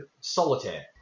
Solitaire